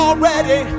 already